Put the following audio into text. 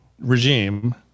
regime